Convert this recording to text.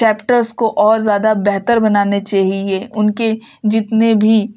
chapters کو اور زیادہ بہتر بنانا چاہیے ان کے جتنے بھی